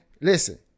Listen